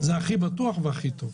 זה הכי בטוח והכי טוב.